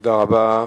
תודה רבה.